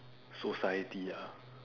society ah